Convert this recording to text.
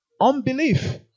unbelief